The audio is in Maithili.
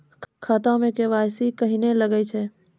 खाता मे के.वाई.सी कहिने लगय छै?